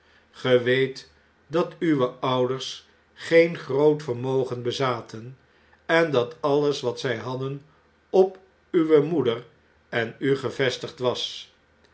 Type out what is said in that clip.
ge weet dat uwe ouders geen groot vermogen bezaten en dat alles wat zjj hadden op uwe moeder en u gevestigd was